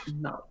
No